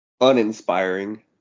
Uninspiring